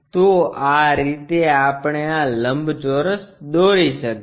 તો આ રીતે આપણે આ લંબચોરસ દોરી શકીએ